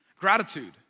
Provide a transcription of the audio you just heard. gratitude